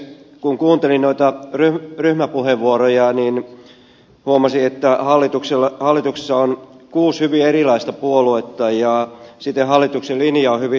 kun kuuntelin noita ryhmäpuheenvuoroja niin huomasin että hallituksessa on kuusi hyvin erilaista puoluetta ja siten hallituksen linja on hyvin sekava